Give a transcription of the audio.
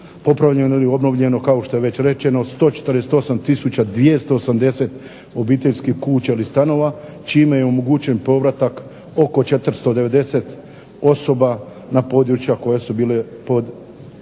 popravljenog ili obnovljenog kao što je već rečeno 148 tisuća 280 obiteljskih kuća ili stanova čime je omogućen povratak oko 490 osoba na područja koja su bila, na ratna